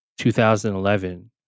2011